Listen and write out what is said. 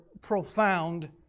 profound